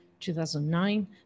2009